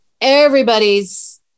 everybody's